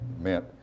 meant